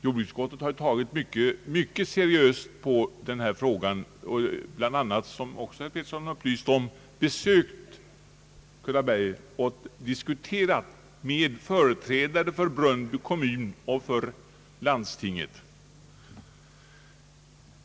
Jordbruksutskottet har tagit mycket seriöst på denna fråga och bl.a., som herr Pettersson också upplyste om, besökt Kullaberg och diskuterat frågan med företrädare för Brunnby kommun och för landstinget.